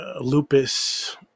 lupus